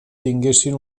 tinguessin